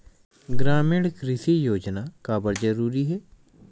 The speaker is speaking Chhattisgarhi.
ग्रामीण कृषि योजना काबर जरूरी हे?